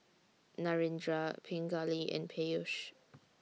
Narendra Pingali and Peyush